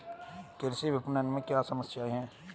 कृषि विपणन में क्या समस्याएँ हैं?